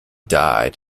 died